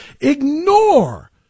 ignore